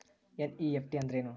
NEFT ಅಂದ್ರೆನು?